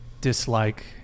dislike